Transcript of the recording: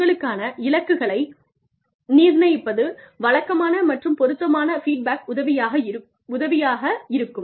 உங்களுக்காக இலக்குகளை நிர்ணயிப்பது வழக்கமான மற்றும் பொருத்தமான ஃபீட்பேக் உதவியாக இதற்கு உதவியாக இருக்கும்